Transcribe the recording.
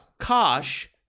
kosh